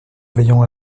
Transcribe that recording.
veillant